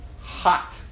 hot